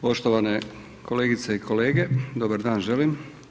Poštovane kolegice i kolege, dobar dan želim.